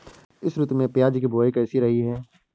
इस ऋतु में प्याज की बुआई कैसी रही है?